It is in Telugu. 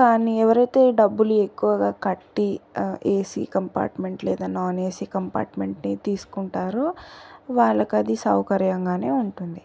కానీ ఎవరైతే డబ్బులు ఎక్కువగా కట్టి ఏసీ కంపార్ట్మెంట్ లేదా నాన్ ఏసీ కంపార్ట్మెంట్ని తీసుకుంటారు వాళ్లకి అది సౌకర్యంగానే ఉంటుంది